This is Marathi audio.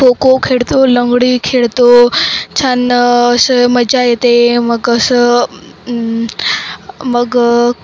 खो खो खेळतो लंगडी खेळतो छान असं मजा येते मग असं मग